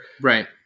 right